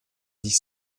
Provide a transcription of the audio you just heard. dix